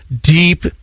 deep